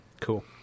Cool